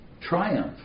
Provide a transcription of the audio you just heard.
triumph